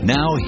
Now